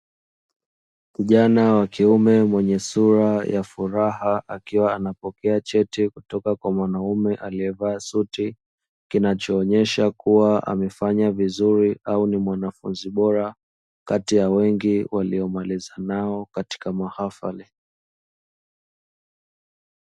Kijana wa kiume mwenye sura ya furaha kutoka kwa mwanaume aliyevaa suti, kinachoonyesha kuwa amefanya vizuri au ni mwanafunzi bora kati ya wengi waliomaliza nao katika mahafali.